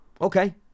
Okay